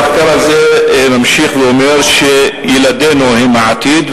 המחקר הזה ממשיך ואומר שילדינו הם העתיד,